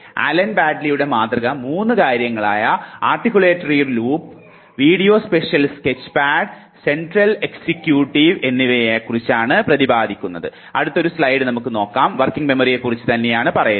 Allen ബാഡ്ലിയുടെ മാതൃക മൂന്ന് കാര്യങ്ങളായ articulatory loop visuo spatial sketchpad central executive എന്നിവയെക്കുറിച്ചാണ് പ്രതിപാദിക്കുന്നത്